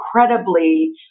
incredibly